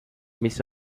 mis